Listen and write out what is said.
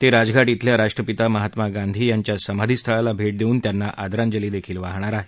ते राजघाट इथल्या राष्ट्रपिता महात्मा गांधी यांच्या समाधी स्थळाला भेट देऊन त्यांना आदरांजलीही वाहणार आहेत